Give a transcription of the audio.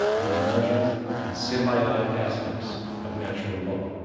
the emergent and symbiotic aspects of natural law.